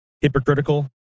hypocritical